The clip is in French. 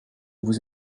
vous